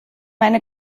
meine